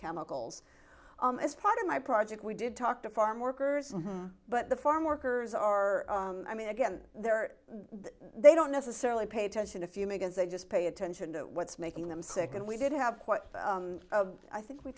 chemicals as part of my project we did talk to farm workers but the farm workers are i mean again they're they don't necessarily pay attention if you make as they just pay attention to what's making them sick and we did have what i think we